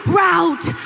route